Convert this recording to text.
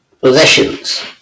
possessions